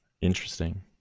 interesting